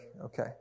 Okay